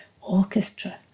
orchestra